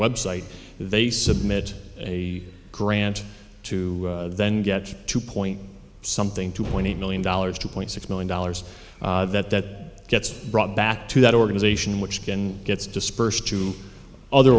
website they submit a grant to then get to point something two point eight million dollars two point six million dollars that that gets brought back to that organization which can gets dispersed to other